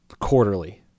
quarterly